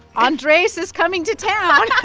andres is coming to town